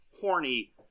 horny